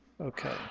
okay